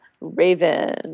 Raven